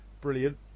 brilliant